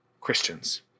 Christians